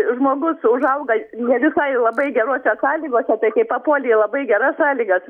žmogus užauga ne visai labai gerose sąlygose tai kai papuoli į labai geras sąlygas